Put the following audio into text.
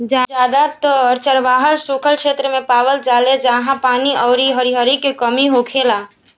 जादातर चरवाह सुखल क्षेत्र मे पावल जाले जाहा पानी अउरी हरिहरी के कमी होखेला